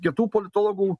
kitų politologų